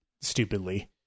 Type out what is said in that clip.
stupidly